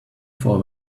for